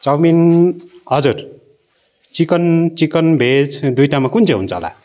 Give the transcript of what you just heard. chowmein हजुर chicken chicken भेज दुइटामा कुन चाहिँ हुन्छ होला